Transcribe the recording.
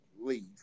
Leave